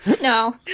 no